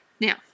Now